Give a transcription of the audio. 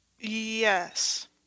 Yes